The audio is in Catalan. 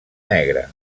negre